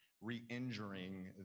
re-injuring